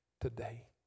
today